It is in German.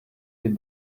dem